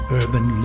urban